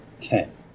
ten